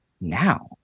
now